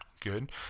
good